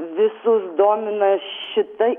visus domina šita